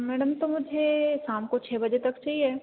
madam तो मुझे शाम को छ बजे तक चाहिए